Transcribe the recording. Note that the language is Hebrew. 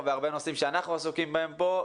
בהרבה נושאים שאנחנו עסקים בהם פה,